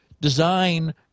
design